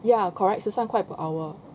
ya correct 十三块 per hour